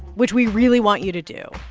which we really want you to do,